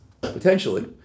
Potentially